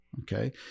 okay